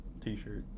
T-shirt